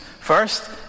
First